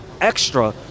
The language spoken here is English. extra